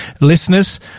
listeners